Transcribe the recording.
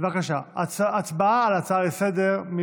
בבקשה, הצבעה על הצעה לסדר-היום.